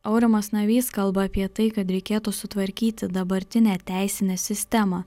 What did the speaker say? aurimas navys kalba apie tai kad reikėtų sutvarkyti dabartinę teisinę sistemą